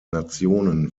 nationen